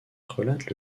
relate